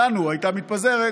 שלנו, הייתה מתפזרת,